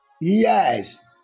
Yes